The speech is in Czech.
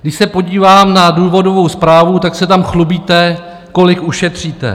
Když se podívám na důvodovou zprávu, tak se tam chlubíte, kolik ušetříte.